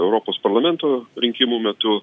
europos parlamento rinkimų metu